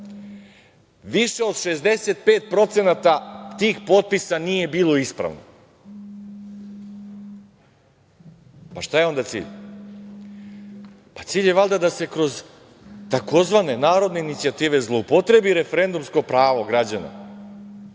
više od 65% tih potpisa nije bilo ispravno. Pa šta je onda cilj? Pa cilj je valjda da se kroz tzv. narodne inicijative zloupotrebi referendumsko pravo građana